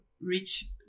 reach